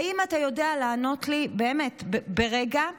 האם אתה יודע לענות לי, באמת, ברגע,